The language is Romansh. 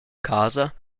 casa